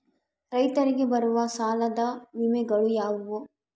ರೈತರಿಗೆ ಬರುವ ಸಾಲದ ವಿಮೆಗಳು ಯಾವುವು?